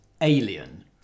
alien